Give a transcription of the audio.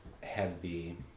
Heavy